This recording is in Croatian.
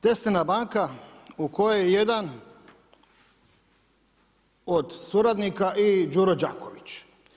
Teslina banka u kojoj jedan od suradnika i Đuro Đaković.